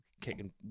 kicking